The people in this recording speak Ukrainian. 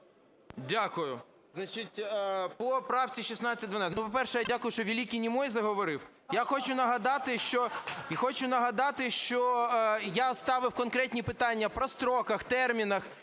Дякую. По правці 1612. По-перше, я дякую, що "великий немой" заговорив. І хочу нагадати, що я ставив конкретні питання по строках, термінах,